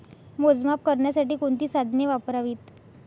मोजमाप करण्यासाठी कोणती साधने वापरावीत?